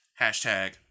Hashtag